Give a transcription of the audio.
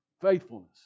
Faithfulness